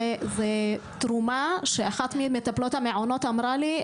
תרומה שאחת ממטפלות המעונות אמרה לי,